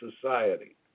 society